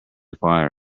fire